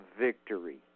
victory